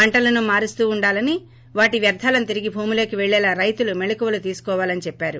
పంటలను మారుస్తూ పుండాలని వాటి వ్యర్గాలను తిరిగి భూమిలోకి పెళ్లేలా రైతులు మెళుకువలు తీసుకోవాలని చెప్పారు